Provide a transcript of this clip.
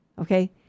Okay